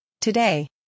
Today